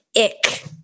ick